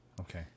Okay